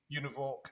univoc